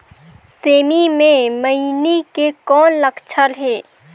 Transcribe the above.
सेमी मे मईनी के कौन लक्षण हे?